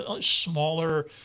smaller